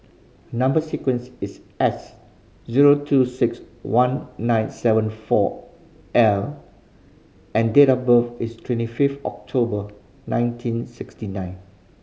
number sequence is S zero two six one nine seven four L and date of birth is twenty fifth October nineteen sixty nine